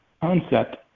concept